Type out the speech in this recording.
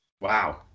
Wow